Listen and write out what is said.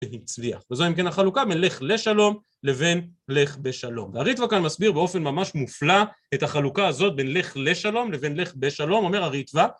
והיא מצביעה. וזו אם כן החלוקה בין לך לשלום לבין לך בשלום. הריטבא כאן מסביר באופן ממש מופלא את החלוקה הזאת בין לך לשלום לבין לך בשלום אומר הריטבא